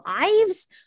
lives